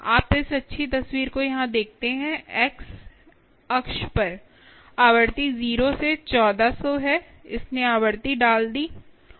आप इस अच्छी तस्वीर को यहाँ देखते हैं एक्स अक्ष पर आवृत्ति 0 से 1400 है इसने आवृत्ति डाल दी है